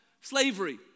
slavery